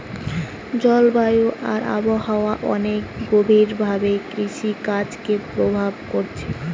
জলবায়ু আর আবহাওয়া অনেক গভীর ভাবে কৃষিকাজকে প্রভাব কোরছে